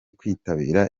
kwitabira